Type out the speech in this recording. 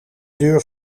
deur